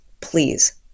please